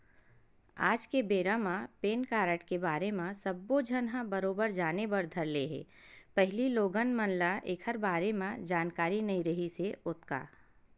आज के बेरा म पेन कारड के बारे म सब्बो झन ह बरोबर जाने बर धर ले हे पहिली लोगन मन ल ऐखर बारे म जानकारी नइ रिहिस हे ओतका